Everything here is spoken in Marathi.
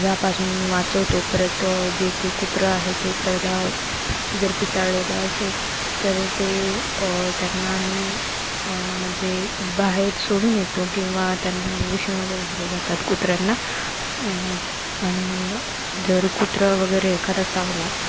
यापासून वाचवतो परत जे ते कुत्रं आहे ते पहिलं जर पिसाळलेलं असेल तर ते त्यांना आम्ही म्हणजे बाहेर सोडून येतो किंवा त्यांना इंजेक्शन वगैरे दिले जातात कुत्र्यांना आणि जर कुत्रा वगैरे एखादा चावला